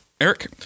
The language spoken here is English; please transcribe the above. Eric